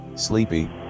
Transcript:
sleepy